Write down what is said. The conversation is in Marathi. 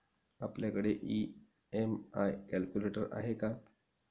आपल्याकडे ई.एम.आय कॅल्क्युलेटर आहे का?